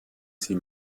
sie